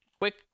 Quick